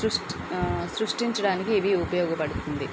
సృష్టి సృష్టించడానికి ఇవి ఉపయోగపడుతుంది